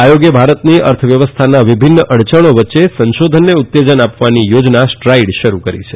આયોગે ભારતની અર્થવ્યવસ્થાના વિભિન્ન અડયણો વચ્ચે સંશોધનને ઉત્તેજન આપવાની યોજના સ્ટ્રાઇડ શરૂ કરી છે